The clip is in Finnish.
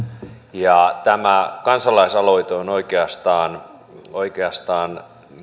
ja tämä kansalaisaloite on oikeastaan oikeastaan